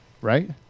right